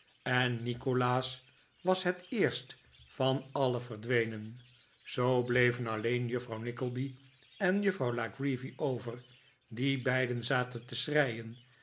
en nikolaas was het eerst van alien verdwenen zoo bleven alleen juffrouw nickleby en juffrouw la creevy over die beiden zaten te